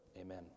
amen